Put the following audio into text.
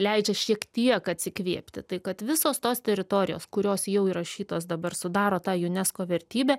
leidžia šiek tiek atsikvėpti tai kad visos tos teritorijos kurios jau įrašytos dabar sudaro tą unesco vertybę